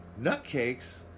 nutcakes